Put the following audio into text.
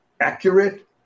accurate